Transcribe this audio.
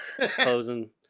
closing